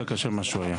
יותר קשה ממה שהוא היה.